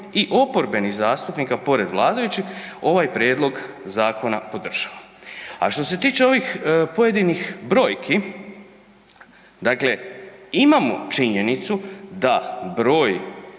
i oporbenih zastupnika pored vladajućih, ovaj prijedlog zakona podržava. A što se tiče ovih pojedinih brojki, dakle imamo činjenicu da broj